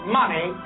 money